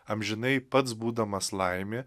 amžinai pats būdamas laimė